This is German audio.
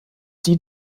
die